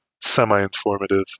semi-informative